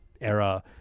era